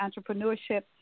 entrepreneurship